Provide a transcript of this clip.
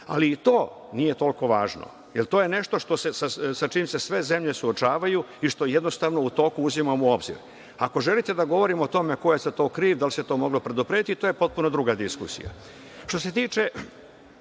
Ali i to nije toliko važno, jer to je nešto sa čime se sve zemlje suočavaju i što jednostavno u toku uzimamo u obzir. Ako želite da govorimo o tome ko je za to kriv, da li se to moglo preduprediti, to je potpuno druga diskusija. Što